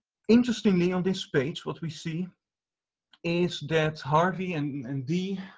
interestingly on this page what we see is that harvey and and dee,